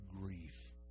grief